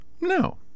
No